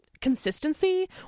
consistency